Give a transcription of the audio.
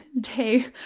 day